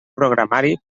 programari